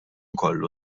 kollu